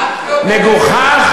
עד כלות